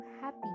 happy